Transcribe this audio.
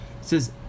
says